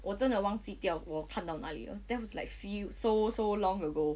我真的忘记掉我看到哪里了 that was like few so so long ago